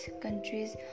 countries